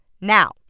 Now